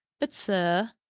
but, sir,